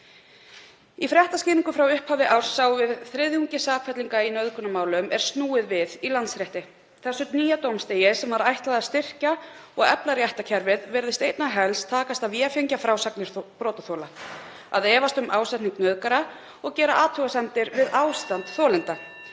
Í fréttaskýringu frá upphafi árs sáum við að þriðjungi sakfellinga í nauðgunarmálum er snúið við í Landsrétti. Þessu nýja dómstigi sem ætlað var að styrkja og efla réttarkerfið virðist einna helst takast að vefengja frásagnir brotaþola, að efast um ásetning nauðgara og gera athugasemdir við ástand þolenda.